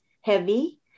heavy